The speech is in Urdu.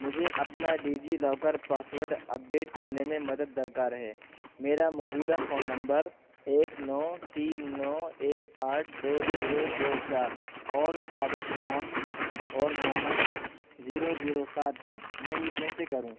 مجھے اپنا DigiLocker password update کرنے میں مدد درکار ہے میرا موجودہ فون نمبر ایک نو تین نو ایک آٹھ دو زیرو دو چار اور صارف نام اور موہن زیرو زیرو سات ہیں میں یہ کیسے کروں